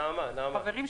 כמו שאמרתי, בפיקוח ובפיתוח.